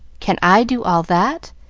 can i do all that?